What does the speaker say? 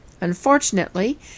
Unfortunately